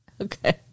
Okay